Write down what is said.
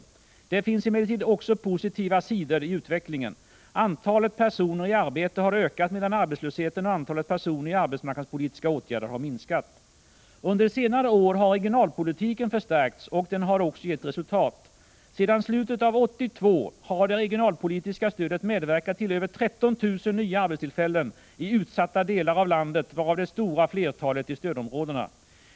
Det finns emellertid också positiva sidor i utvecklingen. Antalet personer i arbete har ökat, medan arbetslösheten och antalet personer i arbetsmarknadspolitiska åtgärder minskat. Under senare år har regionalpolitiken förstärkts, och den har också gett resultat. Sedan slutet av år 1982 har det regionalpolitiska stödet medverkat till över 13 000 nya arbetstillfällen i utsatta delar av landet, varav det stora flertalet i stödområdena.